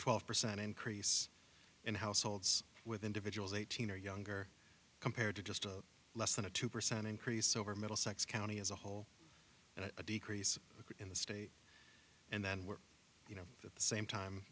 twelve percent increase in households with individuals eighteen or younger compared to just less than a two percent increase over middlesex county as a whole and a decrease in the state and then we're you know at the same time